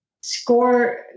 score